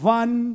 one